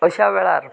अश्या वेळार